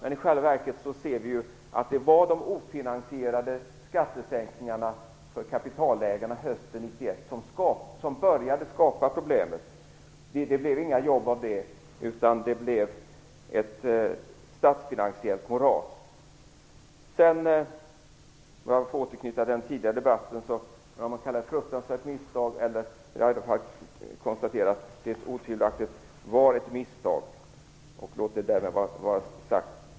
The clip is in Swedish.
I själva verket ser vi att det var de ofinansierade skattesänkningarna för kapitalägarna hösten 1991 som började skapa problemet. Det blev inga jobb av det, utan det blev ett statsfinansiellt moras. Jag vill återknyta till den tidigare debatten om det jag kallade ett fruktansvärt misstag. Jag har i alla fall konstaterat att det otvivelaktigt var ett misstag.